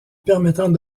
permettant